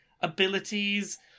abilities